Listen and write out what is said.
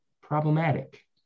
problematic